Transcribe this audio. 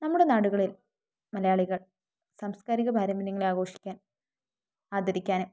നമ്മുടെ നാടുകളിൽ മലയാളികൾ സാംസ്കാരിക പാരമ്പര്യങ്ങളെ ആഘോഷിക്കാൻ ആദരിക്കാന്